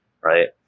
right